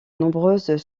nombreuses